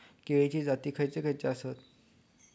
केळीचे जाती खयचे खयचे आसत?